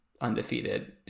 undefeated